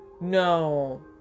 no